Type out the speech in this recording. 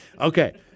Okay